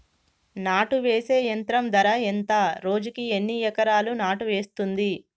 నాటు వేసే యంత్రం ధర ఎంత రోజుకి ఎన్ని ఎకరాలు నాటు వేస్తుంది?